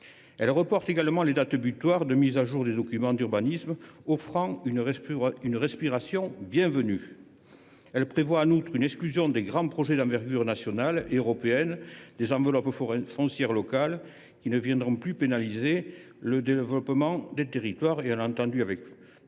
elle reporte également les dates butoirs de mise à jour des documents d’urbanisme, offrant une respiration bienvenue. Elle prévoit en outre d’exclure les grands projets d’envergure nationale et européenne des enveloppes foncières locales, qui ne viendront plus pénaliser le développement des territoires ; nous avons entendu avec